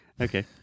Okay